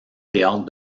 théâtre